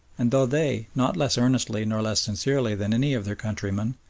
and though they, not less earnestly nor less sincerely than any of their countrymen,